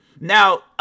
Now